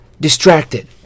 Distracted